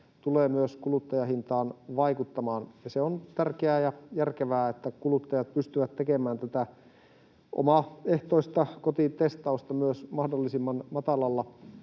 tulee myös kuluttajahintaan vaikuttamaan. Se on tärkeää ja järkevää, että kuluttajat pystyvät tekemään myös omaehtoista kotitestausta mahdollisimman matalalla